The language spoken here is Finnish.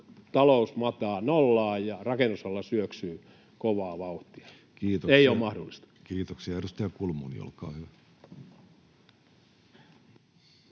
talous mataa nollaa ja rakennusala syöksyy kovaa vauhtia. Ei ole mahdollista. Kiitoksia. — Edustaja Kulmuni, olkaa hyvä.